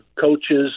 coaches